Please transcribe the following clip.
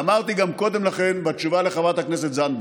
ואמרתי גם קודם לכן בתשובה לחברת הכנסת זנדברג: